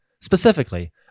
specifically